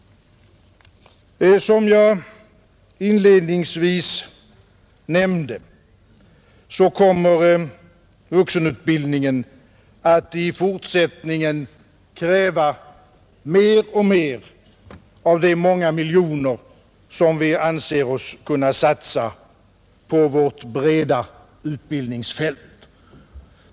Som jag inledningsvis nämnde kommer vuxenutbildningen att i fortsättningen kräva mer och mer av de många miljoner som vi anser oss kunna satsa på vårt breda utbildningsfält.